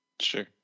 Sure